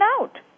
out